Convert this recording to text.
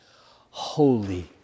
holy